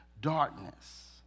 darkness